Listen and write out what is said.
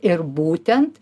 ir būtent